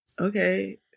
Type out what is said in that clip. okay